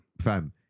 fam